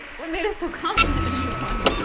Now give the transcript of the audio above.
what made us so confident in this one.